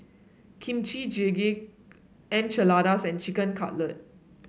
Kimchi Jjigae Quesadillas and Chicken Cutlet